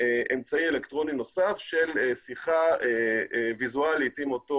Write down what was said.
אמצעי אלקטרוני נוסף של שיחה ויזואלית עם אותו